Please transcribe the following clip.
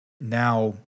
now